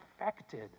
affected